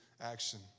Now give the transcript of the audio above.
action